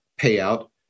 payout